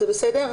זה בסדר?